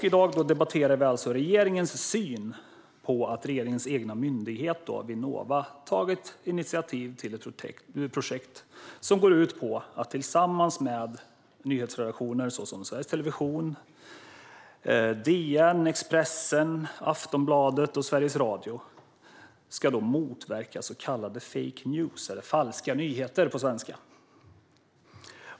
I dag debatterar vi alltså regeringens syn på att regeringens egen myndighet Vinnova har tagit initiativ till ett projekt som går ut på att tillsammans med nyhetsredaktioner såsom Sveriges Television, DN, Expressen, Aftonbladet och Sveriges Radio motverka så kallade fake news, eller falska nyheter på svenska.